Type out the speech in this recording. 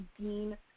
Dean